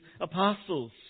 apostles